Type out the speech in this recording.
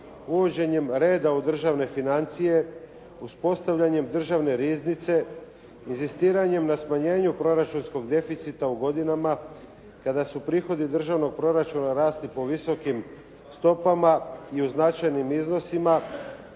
uvođenjem reda u državne financije, uspostavljanjem državne riznice, inzistiranjem na smanjenju proračunskog deficita u godinama kada su prihodi državnog proračuna rasli po visokim stopama i u značajnim iznosima,